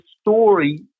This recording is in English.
story